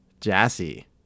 Jassy